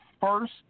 first